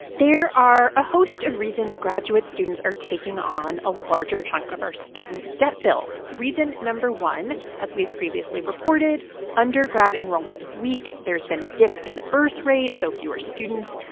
there are a host of reasons graduate students are taking on a larger chunk of our student debt bill. reason no. one, as we have previously reported undergrad enrollment is weak. there's been a dip in the birthrate, so fewer students.